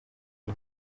iyi